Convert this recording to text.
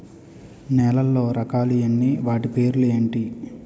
నేలలో రకాలు ఎన్ని వాటి పేర్లు ఏంటి?